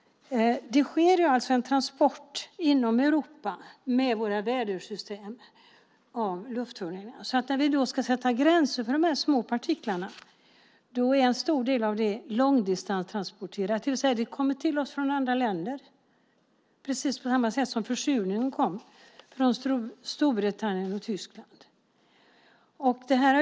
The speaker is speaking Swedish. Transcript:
Det sker alltså en transport av luftföroreningar inom Europa med våra vädersystem, så när vi ska sätta gränser för de här små partiklarna är en stor del långdistanstransporterat, det vill säga partiklarna kommer till oss från andra länder precis på samma sätt som försurningen kom från Storbritannien och Tyskland.